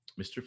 Mr